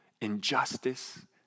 injustice